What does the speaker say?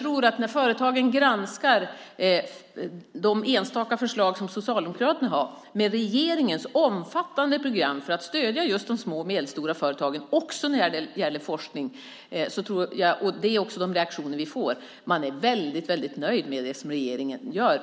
När företagen jämför de enstaka förslag som Socialdemokraterna har med regeringens omfattande program för att stödja de små och medelstora företagen, också när det gäller forskning, är man utifrån företagarsynpunkt mycket nöjd med det regeringen gör.